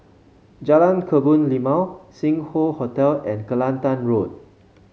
Jalan Kebun Limau Sing Hoe Hotel and Kelantan Road